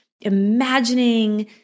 imagining